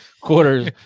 quarters